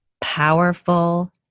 powerful